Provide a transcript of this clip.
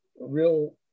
real